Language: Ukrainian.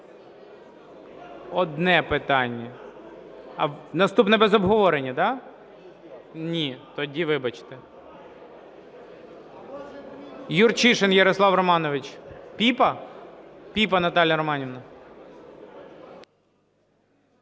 Одне питання. Наступне без обговорення, да? Ні, тоді вибачте. Юрчишин Ярослав Романович. Піпа? Піпа Наталя Романівна.